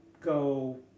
go